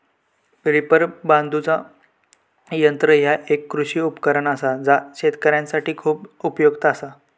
reaper बांधुचा यंत्र ह्या एक कृषी उपकरण असा जा शेतकऱ्यांसाठी खूप उपयुक्त असा